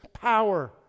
power